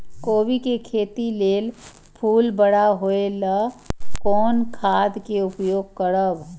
कोबी के खेती लेल फुल बड़ा होय ल कोन खाद के उपयोग करब?